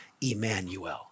Emmanuel